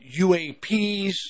UAPs